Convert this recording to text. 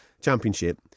championship